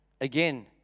Again